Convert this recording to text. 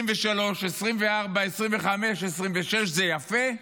23, 24, 25, 26 זה יפה,